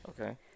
Okay